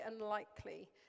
unlikely